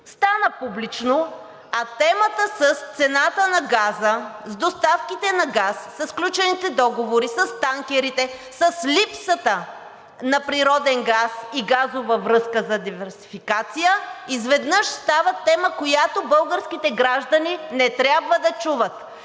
стана публично, а темата с цената на газа, с доставките на газ, със сключените договори, с танкерите, с липсата на природен газ и газова връзка за диверсификация изведнъж става тема, която българските граждани не трябва да чуват?